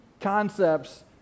concepts